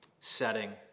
setting